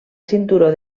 cinturó